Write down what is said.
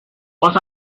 but